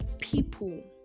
people